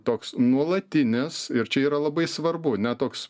toks nuolatinis ir čia yra labai svarbu ne toks